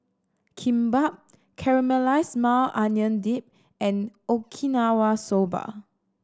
Kimbap Caramelized Maui Onion Dip and Okinawa Soba